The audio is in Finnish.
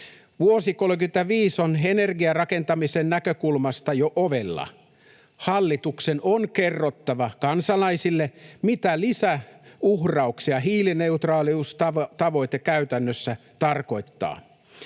Vuosi 35 on energiarakentamisen näkökulmasta jo ovella. Hallituksen on kerrottava kansalaisille, mitä lisäuhrauksia hiilineutraaliustavoite käytännössä tarkoittaa.